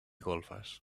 golfes